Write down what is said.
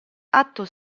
atto